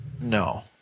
No